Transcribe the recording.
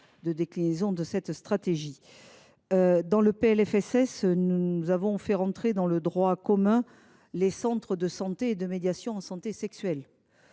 de déclinaison de cette stratégie. Le PLFSS 2025 fait entrer dans le droit commun les centres de santé et de médiation en santé sexuelle,…